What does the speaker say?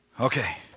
Okay